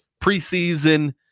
preseason